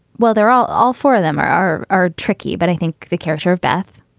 well, they're all. all four of them are are are tricky. but i think the character of beth,